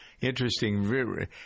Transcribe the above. Interesting